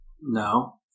No